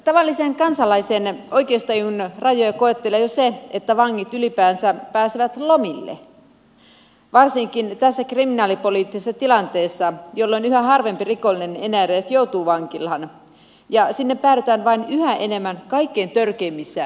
tavallisen kansalaisen oikeustajun rajoja koettelee jo se että vangit ylipäänsä pääsevät lomille varsinkin tässä kriminaalipoliittisessa tilanteessa jolloin yhä harvempi rikollinen enää edes joutuu vankilaan ja sinne päädytään yhä enemmän vain kaikkein törkeimmissä rikoksissa